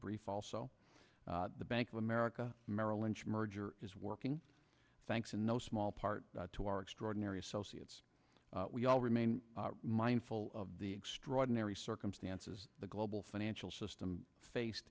brief also the bank of america merrill lynch merger is working thanks in no small part to our extraordinary associates we all remain mindful of the extraordinary circumstances the global financial system faced